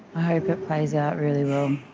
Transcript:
i hope it plays out really well.